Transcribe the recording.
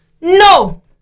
No